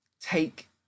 take